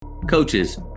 Coaches